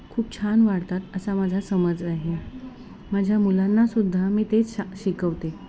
खूप छान वाढतात असा माझा समज आहे माझ्या मुलांनासुद्धा मी तेच शा शिकवते